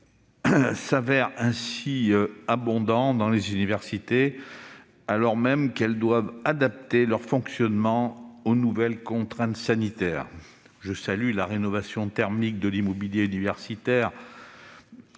s'avère ainsi abondant dans les universités, alors même que ces dernières doivent adapter leur fonctionnement aux nouvelles contraintes sanitaires. Je salue la rénovation thermique de l'immobilier universitaire,